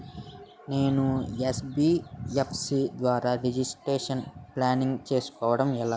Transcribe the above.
నేను యన్.బి.ఎఫ్.సి ద్వారా retirement planning చేసుకోవడం ఎలా?